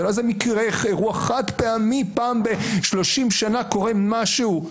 זה לא איזה מקרה אירוע חד פעמי שפעם ב-30 שנה קורה משהו.